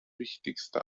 wichtigste